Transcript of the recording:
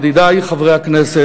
ידידַי חברי הכנסת,